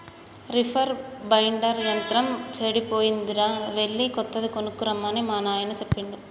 reaper binder యంత్రం సెడిపోయిందిరా ఎళ్ళి కొత్తది కొనక్కరమ్మని మా నాయిన సెప్పిండు